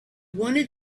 wanted